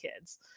kids